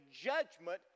judgment